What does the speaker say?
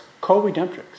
co-redemptrix